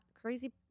crazy